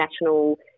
National